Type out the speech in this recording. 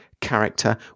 character